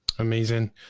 Amazing